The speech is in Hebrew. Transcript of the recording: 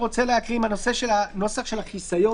את סעיף 22כה(ה) אני רוצה להקריא עם הנוסח של החיסיון,